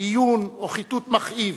עיון או חיטוט מכאיב.